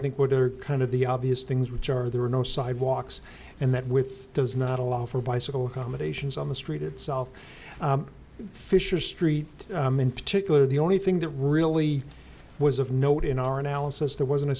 think we're there kind of the obvious things which are there are no sidewalks and that with does not allow for bicycle accommodations on the street itself fisher street in particular the only thing that really was of note in our analysis there wasn't a